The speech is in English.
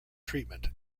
treatment